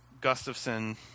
Gustafson